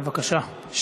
בבקשה.